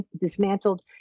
dismantled